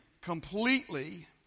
Completely